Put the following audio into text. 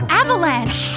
avalanche